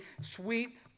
sweet